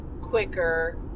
quicker